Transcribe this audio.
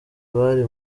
bari